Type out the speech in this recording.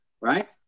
right